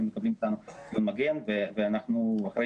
הם מקבלים מאיתנו ציון מגן ואנחנו אחרי